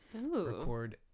record